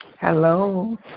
Hello